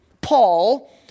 Paul